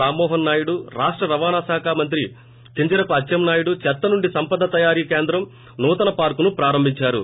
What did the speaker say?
రామ్మోహన్ నాయుడు రాష్ట రవాణా శాఖ మంత్రి కింజరాపు అచ్చెం నాయుడు చెత్తనుండి సంపద తయారీ కేంద్రం నూతన పార్క్ ను ప్రారంభిచారు